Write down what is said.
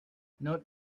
note